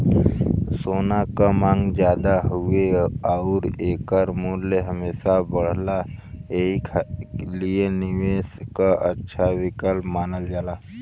सोना क मांग जादा हउवे आउर एकर मूल्य हमेशा बढ़ला एही लिए निवेश क अच्छा विकल्प मानल जाला